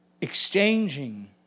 exchanging